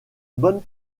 bonne